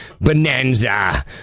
bonanza